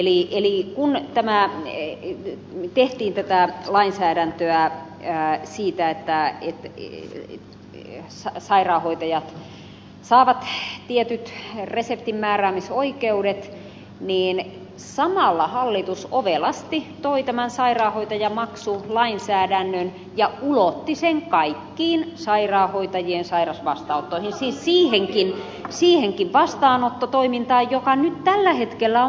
eli kun tehtiin tätä lainsäädäntöä siitä että sairaanhoitajat saavat tietyt reseptinmääräämisoikeudet niin samalla hallitus ovelasti toi tämän sairaanhoitajamaksulainsäädännön ja ulotti sen kaikkiin sairaanhoitajien sairasvastaanottoihin siis siihenkin vastaanottotoimintaan joka tällä hetkellä on maksutonta